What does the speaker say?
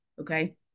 Okay